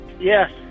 Yes